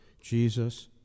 Jesus